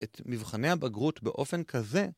את מבחני הבגרות באופן כזה